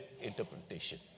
interpretation